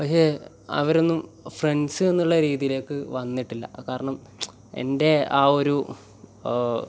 പക്ഷേ അവരൊന്നും ഫ്രണ്ട്സ് എന്നുള്ള രീതിയിലേക്കൊന്നും വന്നിട്ടില്ല കാരണം എൻ്റെ ആ ഒരു